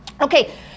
Okay